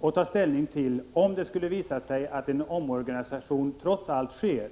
och ta ställning i ärendet om det skulle visa sig att en omorganisation trots allt sker.